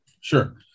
Sure